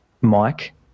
Mike